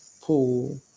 pool